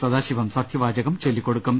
സദാശിവം സത്യവാചകം ചൊല്ലിക്കൊടുക്കും